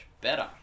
better